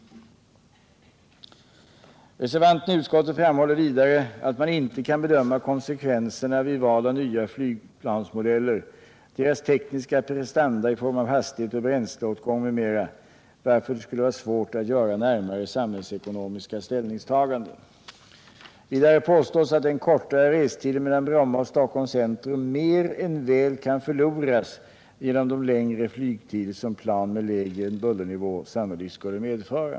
Reservanterna i utskottet framhåller vidare att man inte kan bedöma konsekvenserna vid val av nya flygplansmodeller, deras tekniska prestanda i form av hastighet och bränsleåtgång m.m., varför det skulle vara svårt att göra närmare samhällsekonomiska ställningstaganden. Vidare påstås att den kortare restiden mellan Bromma och Stockholms centrum mer än väl kan förloras genom de längre flygtider som plan med lägre bullernivå sannolikt skulle medföra.